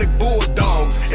bulldogs